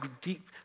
deep